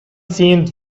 seemed